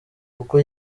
ubwo